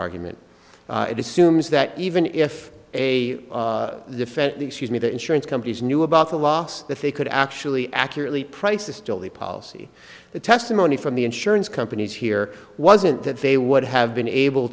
argument and assumes that even if a defense excuse me the insurance companies knew about the loss that they could actually accurately price is still the policy the testimony from the insurance companies here wasn't that they would have been able